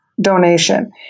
donation